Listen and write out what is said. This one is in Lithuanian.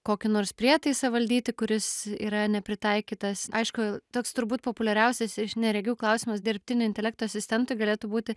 kokį nors prietaisą valdyti kuris yra nepritaikytas aišku toks turbūt populiariausias iš neregių klausimas dirbtinio intelekto asistentui galėtų būti